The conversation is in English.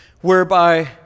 whereby